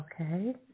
okay